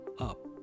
up